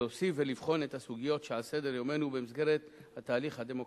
להוסיף ולבחון את הסוגיות שעל סדר-יומנו במסגרת התהליך הדמוקרטי.